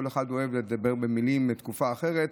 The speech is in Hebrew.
כל אחד אוהב לדבר במילים מתקופה אחרת.